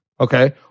Okay